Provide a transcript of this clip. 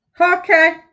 Okay